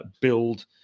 build